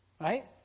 right